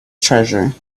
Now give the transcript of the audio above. treasure